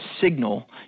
signal